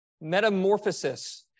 Metamorphosis